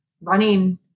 running